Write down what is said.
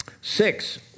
Six